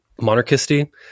monarchisty